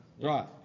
Right